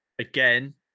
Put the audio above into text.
Again